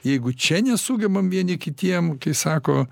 jeigu čia nesugebam vieni kitiem kai sako